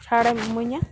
ᱪᱷᱟᱲᱮᱢ ᱤᱢᱟᱹᱧᱟ